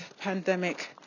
pandemic